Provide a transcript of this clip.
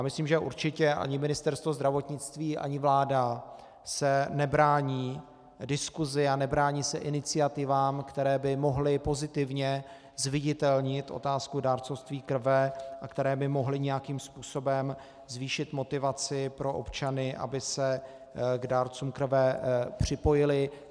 Myslím, že určitě ani Ministerstvo zdravotnictví ani vláda se nebrání diskuzi a nebrání se iniciativám, které by mohly pozitivně zviditelnit otázku dárcovství krve a které by mohly nějakým způsobem zvýšit motivaci pro občany, aby se k dárcům krve připojili.